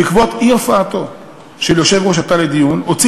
בעקבות אי-הופעתה של יושבת-ראש התא לדיון הוציא